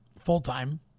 Full-time